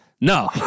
No